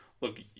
look